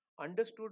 understood